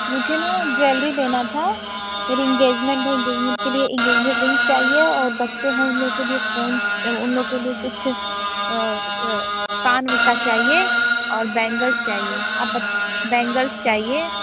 मुझे ना जुवेलरी लेना था मेरी एन्गेजमेन्ट है एन्गेजमेन्ट के लिए एन्गेजमेन्ट रिंग चाहिए और बच्चे हैं उन लोग के लिए फ़ोन उन लोग के लिए कुछ कान का चाहिए और बैंगल्स चाहिए आप ब बैंगल्स चाहिए